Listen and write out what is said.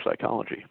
psychology